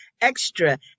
extra